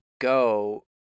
go